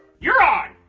you're on!